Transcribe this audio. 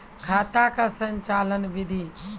खाता का संचालन बिधि?